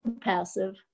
passive